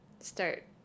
Start